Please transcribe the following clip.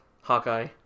Hawkeye